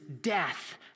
death